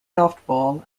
softball